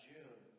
June